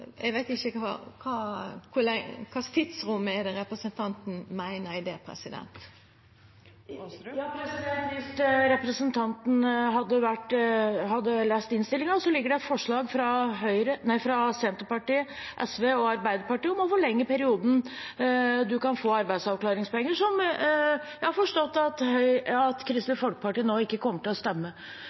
tidsrom representanten meiner. Hvis representanten hadde lest innstillingen, så foreligger det et forslag fra Senterpartiet, SV og Arbeiderpartiet om å forlenge perioden man kan få arbeidsavklaringspenger, som jeg har forstått at Kristelig Folkeparti nå ikke kommer til å stemme